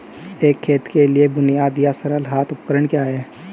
एक खेत के लिए बुनियादी या सरल हाथ उपकरण क्या हैं?